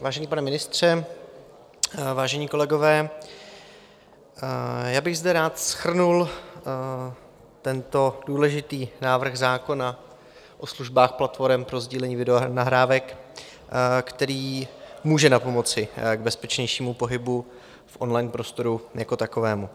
Vážený pane ministře, vážení kolegové, rád bych zde shrnul tento důležitý návrh zákona o službách platforem pro sdílení videonahrávek, který může napomoci k bezpečnějšímu pohybu v online prostoru jako takovému.